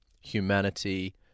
humanity